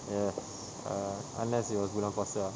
yes err unless it was bulan puasa ah